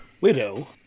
Widow